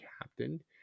captain